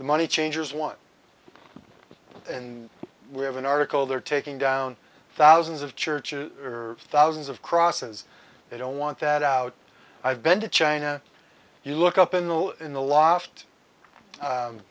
the money changers want and we have an article they're taking down thousands of churches or thousands of crosses they don't want that out i've been to china you look up in the in the l